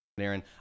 Aaron